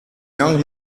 young